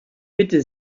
bitte